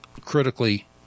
critically